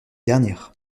dernière